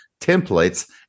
templates